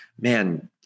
man